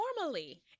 normally